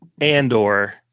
Andor